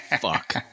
fuck